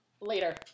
Later